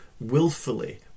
willfully